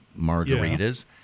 margaritas